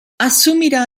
assumirà